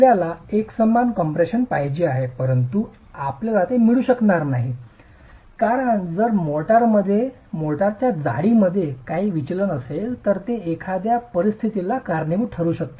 आपल्याला एकसमान कॉम्प्रेशन पाहिजे आहे परंतु आपल्याला ते मिळू शकणार नाहीत कारण जर मोर्टारच्या जाडीमध्ये काही विचलन असेल तर ते एखाद्या परिस्थितीला कारणीभूत ठरू शकते